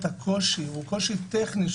הקושי הוא קושי טכני,